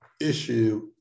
issue